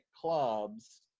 clubs